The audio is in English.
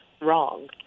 wrong